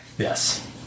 Yes